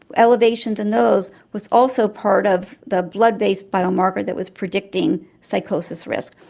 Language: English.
elevations in those was also part of the blood based biomarker that was predicting psychosis risk.